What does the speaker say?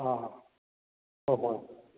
ꯑꯥ ꯍꯣꯏ ꯍꯣꯏ